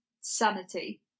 sanity